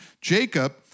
Jacob